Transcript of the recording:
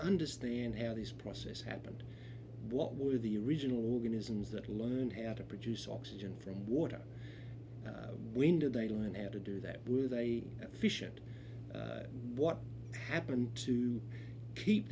understand how this process happened what were the original organisms that learned how to produce oxygen from water when did they learn how to do that with a fish and what happened to keep